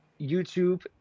YouTube